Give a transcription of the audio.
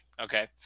Okay